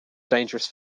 dangerous